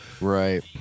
right